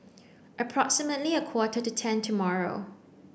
approximately a quarter to ten tomorrow